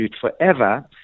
forever